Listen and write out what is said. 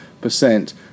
percent